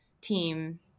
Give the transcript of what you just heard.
team